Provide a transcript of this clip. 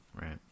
Right